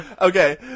Okay